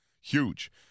huge